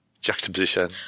juxtaposition